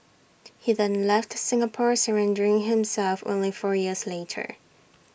he then left Singapore surrendering himself only four years later